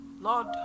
Lord